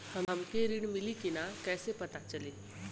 हमके ऋण मिली कि ना कैसे पता चली?